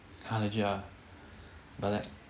!huh! legit ah but like